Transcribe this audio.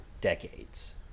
decades